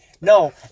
No